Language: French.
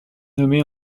nommée